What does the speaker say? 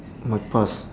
my past